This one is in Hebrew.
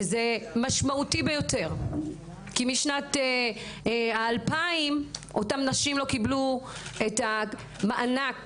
וזה משמעותי ביותר כי משנת 2000 אותן נשים לא קיבלו את המענק